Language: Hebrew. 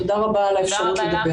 תודה רבה על האפשרות לדבר.